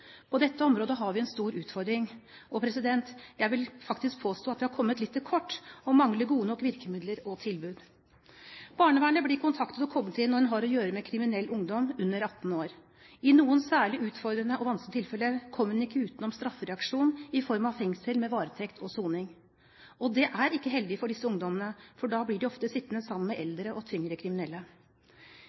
På dette området har vi en stor utfordring, og jeg vil faktisk påstå at vi har kommet litt til kort, og at vi mangler gode nok virkemidler og tilbud. Barnevernet blir kontaktet og kommer inn når man har å gjøre med kriminell ungdom under 18 år. I noen særlig utfordrende og vanskelige tilfeller kommer man ikke utenom straffereaksjon i form av fengsel med varetekt og soning, og det er ikke heldig for disse ungdommene, for da blir de ofte sittende sammen med eldre og tyngre kriminelle.